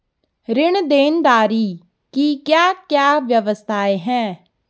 ऋण देनदारी की क्या क्या व्यवस्थाएँ हैं?